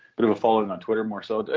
bit of a following on twitter, more so. but